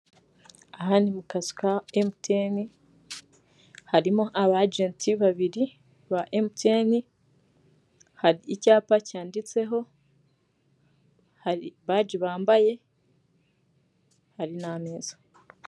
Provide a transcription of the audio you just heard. Aha ni mu kazu ka MTN, harimo aba agent babiri ba MTN, hari icyapa cyanditseho, hari baji bambaye, hari n'ameza.